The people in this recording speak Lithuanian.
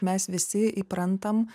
mes visi įprantam